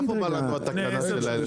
מאיפה באה לנו התקנה של ה- 1,000 מטר.